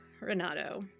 Renato